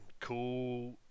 cool